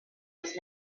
was